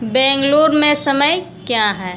बैंगलोर में समय क्या हैं